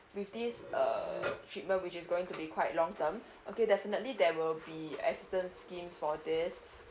with this uh treatment which is going to be quite long term okay definitely there will be assistance schemes for this